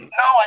no